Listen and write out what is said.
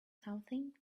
something